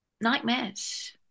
nightmares